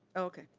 okay.